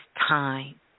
time